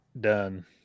done